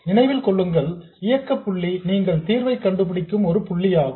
நினைவில் கொள்ளுங்கள் இயக்க புள்ளி நீங்கள் தீர்வை கண்டுபிடிக்கும் ஒரு புள்ளியாகும்